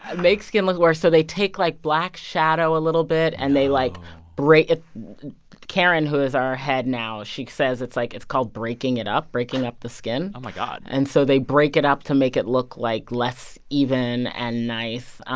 make skin look worse. so they take, like, black shadow a little bit. and they, like karen, who is our head now, she says it's like it's called breaking it up breaking up the skin oh, my god and so they break it up to make it look, like, less even and nice.